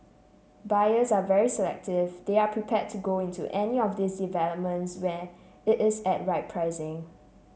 buyers are very selective they are prepared to go into any of those developments where it is at right pricing